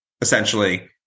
essentially